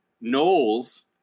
Knowles